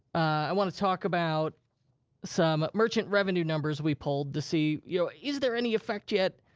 i wanna talk about some merchant revenue numbers we pulled to see, you know is there any effect yet?